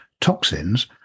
toxins